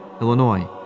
Illinois